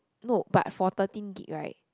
no but for thirteen gig right